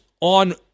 on